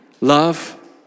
Love